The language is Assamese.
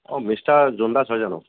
অঁ মিষ্টাৰ জোন দাস হয় জানোঁ